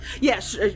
yes